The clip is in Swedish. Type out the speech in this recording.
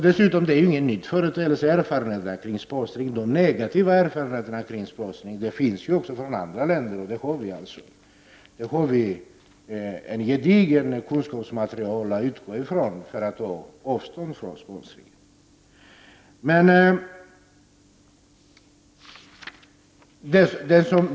Det här är ingen ny företeelse, och även andra länder har negativa erfarenheter av sponsring. Det finns alltså ett gediget kunskapsmaterial som talar för att man skall avstå från sponsring.